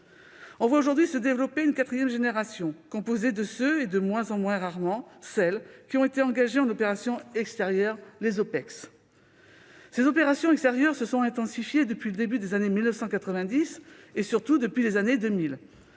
On voit aujourd'hui se développer une quatrième génération, composée de ceux et, de moins en moins rarement, de celles qui ont été engagés en opérations extérieures, les OPEX. Ces opérations extérieures se sont intensifiées depuis le début des années 1990 et, surtout, depuis les années 2000.